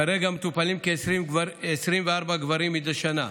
כרגע מטופלים כ-24 גברים מדי שנה,